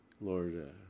Lord